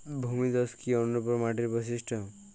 ভূমিধস কি অনুর্বর মাটির বৈশিষ্ট্য?